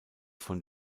von